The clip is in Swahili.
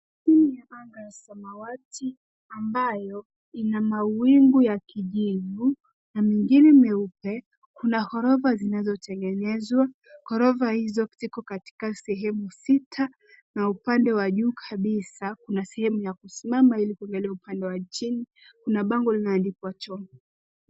Hii ni anga ya samawati ambayo inamawingu ya kijivu na mengine meupe. Kuna gorofa zinazotengenezwa gorofa hizo ziko katika sehemu sita na upande wa juu kabisa kuna sehemu ya kusimama hili kuangalia upande ya chini, kuna bango linaloandikwa choo.